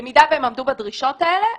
במידה והם עמדו בדרישות האלה,